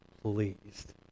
pleased